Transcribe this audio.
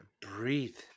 Breathe